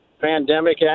pandemic